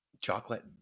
Chocolate